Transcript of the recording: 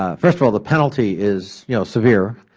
ah first of all, the penalty is you know severe.